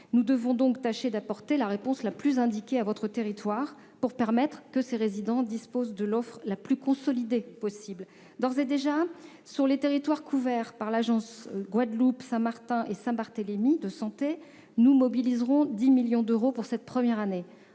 Nous devons donc tâcher d'apporter la réponse la plus indiquée à ce territoire pour permettre à ses résidents de disposer de l'offre la plus consolidée possible. D'ores et déjà, sur les territoires couverts par l'agence régionale de santé (ARS) de Guadeloupe, Saint-Martin et Saint-Barthélemy, nous allons mobiliser 10 millions d'euros pour la première année